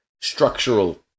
structural